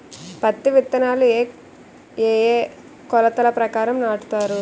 పత్తి విత్తనాలు ఏ ఏ కొలతల ప్రకారం నాటుతారు?